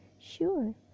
Sure